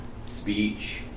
speech